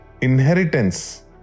inheritance